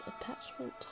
attachment